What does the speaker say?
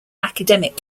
academic